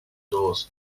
doors